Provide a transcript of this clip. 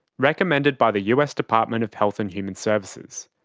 recommended by the us department of health and human services.